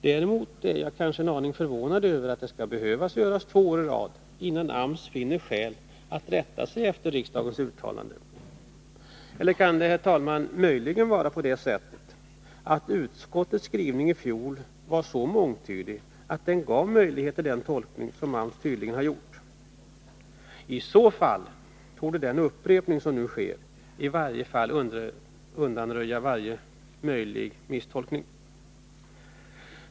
Däremot är jag förvånad över att det skall behöva göras två år i rad, innan AMS finner skäl att rätta sig efter riksdagens uttalande. Eller kan det vara på det sättet, herr talman, att utskottets skrivning i fjol var så mångtydig att den gav möjlighet till den tolkning som AMS tydligen har gjort? I så fall torde det upprepande som nu sker undanröja misstolkningen.